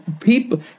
people